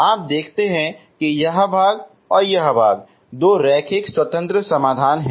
आप देखते हैं कि यह भाग और यह भाग दो रैखिकतः स्वतंत्र हल हैं